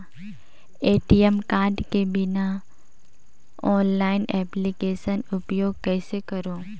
ATM card के बिना online application उपयोग कइसे करो?